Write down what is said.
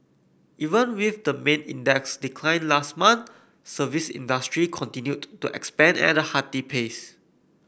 even with the main index decline last month service industry continued to expand at a hearty pace